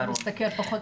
תודה רבה